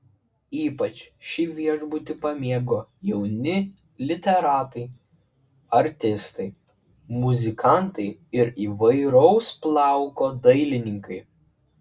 ypač šį viešbutį pamėgo jauni literatai artistai muzikantai ir įvairaus plauko dailininkai